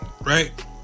right